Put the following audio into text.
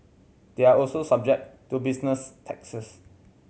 they are also subject to business taxes